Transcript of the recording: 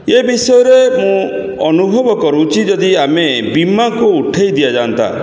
ଏ ବିଷୟରେ ମୁଁ ଅନୁଭବ କରୁଛି ଯଦି ଆମେ ବୀମାକୁ ଉଠାଇ ଦିଆଯାଆନ୍ତା